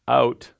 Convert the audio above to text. out